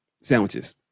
sandwiches